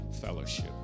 fellowship